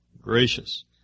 gracious